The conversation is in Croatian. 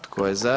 Tko je za?